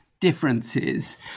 Differences